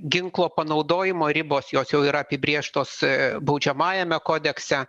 ginklo panaudojimo ribos jos jau yra apibrėžtos baudžiamajame kodekse